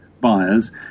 buyers